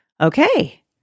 Okay